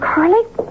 Carly